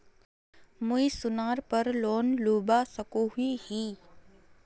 मुई सोनार पोर लोन लुबा सकोहो ही?